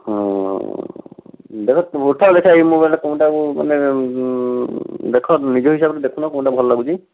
ହଁ ଏଇ ମୋବାଇଲ୍ଟା କେଉଁଟାକୁ ମାନେ ଦେଖ ନିଜ ହିସାବରେ ଦେଖୁନ କେଉଁଟା ଭଲ ଲାଗୁଛି